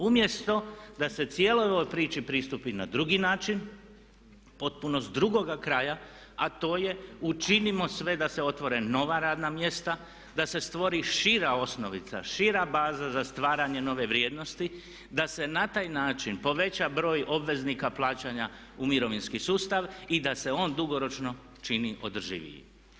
Umjesto da se cijeloj ovoj priči pristupi na drugi način, potpuno s drugoga kraja, a to je učinimo sve da se otvore nova radna mjesta, da se stvori šira osnovica, šira baza za stvaranje nove vrijednosti, da se na taj način poveća broj obveznika plaćanja u mirovinski sustav i da se on dugoročno čini održiviji.